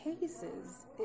cases